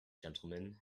gentlemen